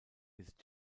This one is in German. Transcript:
ist